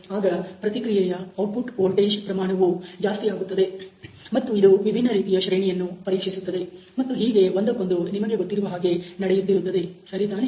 ಆಗ ಪ್ರತಿಕ್ರಿಯೆಯ output voltage ಪ್ರಮಾಣವು ಜಾಸ್ತಿಯಾಗುತ್ತದೆ ಮತ್ತು ಇದು ವಿಭಿನ್ನ ರೀತಿಯ ಶ್ರೇಣಿಯನ್ನು ಪರೀಕ್ಷಿಸುತ್ತದೆ ಮತ್ತು ಹೀಗೆ ಒಂದಕ್ಕೊಂದು ನಿಮಗೆ ಗೊತ್ತಿರುವ ಹಾಗೆ ನಡೆಯುತ್ತಿರುತ್ತದೆ ಸರಿತಾನೆ